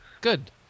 good